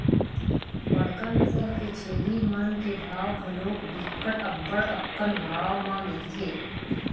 बड़का नसल के छेरी मन के भाव घलोक बिकट अब्बड़ अकन भाव म मिलथे